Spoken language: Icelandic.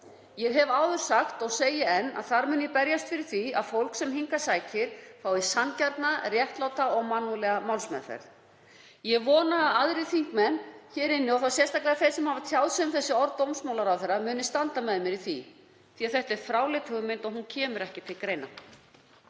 Ég hef áður sagt og segi enn að þar mun ég berjast fyrir því að fólk sem hingað sækir fái sanngjarna, réttláta og mannúðlega málsmeðferð. Ég vona að aðrir þingmenn hér inni, og sérstaklega þeir sem hafa tjáð sig um þessi orð dómsmálaráðherra, muni standa með mér í því, því að þetta er fráleit hugmynd og hún kemur ekki til greina.